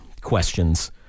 questions